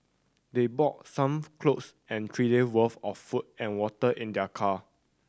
they bought some clothes and three day worth of food and water in their car